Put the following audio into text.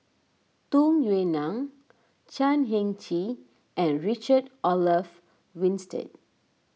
Tung Yue Nang Chan Heng Chee and Richard Olaf Winstedt